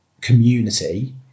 community